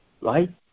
right